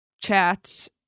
chats